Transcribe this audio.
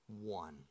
one